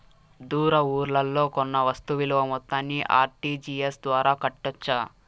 దూర ఊర్లలో కొన్న వస్తు విలువ మొత్తాన్ని ఆర్.టి.జి.ఎస్ ద్వారా కట్టొచ్చా?